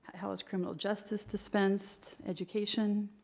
how is criminal justice dispensed? education?